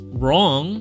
wrong